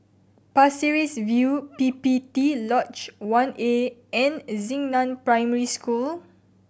Pasir Ris View P P T Lodge One A and Xingnan Primary School